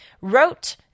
wrote